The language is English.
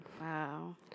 Wow